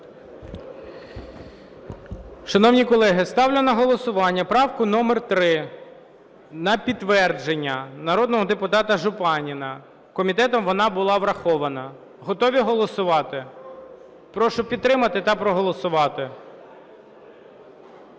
Шановні колеги, ставлю на голосування правку номер 3 на підтвердження народного депутата Жупанина. Комітетом вона була врахована. Готові голосувати? Прошу підтримати та проголосувати.